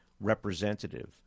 Representative